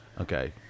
Okay